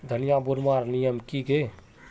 धनिया बूनवार नियम की गे?